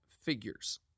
figures